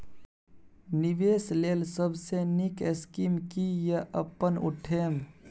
निवेश लेल सबसे नींक स्कीम की या अपन उठैम?